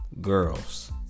girls